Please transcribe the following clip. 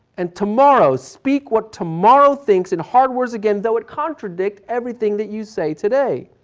and tomorrow speak what tomorrow thinks in hard words again, though it contradict everything that you say today.